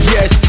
Yes